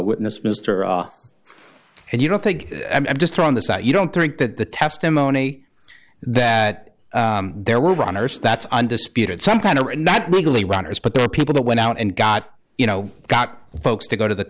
witness mr are and you don't think i'm just throwing this out you don't think that the testimony that there were runners that undisputed some kind of not really runners but there were people that went out and got you know got folks to go to the